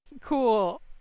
Cool